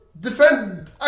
defend